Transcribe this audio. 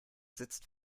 sitzt